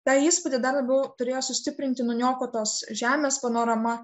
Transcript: tą įspūdį dar labiau turėjo sustiprinti nuniokotos žemės panorama